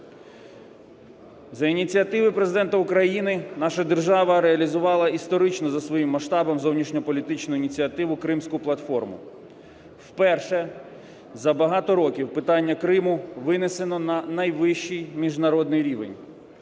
За ініціативи Президента України наша держава реалізувала історично за своїм масштабом зовнішньополітичну ініціативу – Кримську платформу. Уперше за багато років питання Криму винесено на найвищий міжнародний рівень.